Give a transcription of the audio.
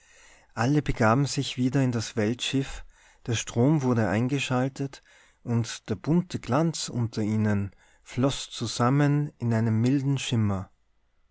alle begaben sich wieder in das weltschiff der strom wurde eingeschaltet und der bunte glanz unter ihnen floß zusammen in einem milden schimmer